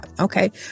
Okay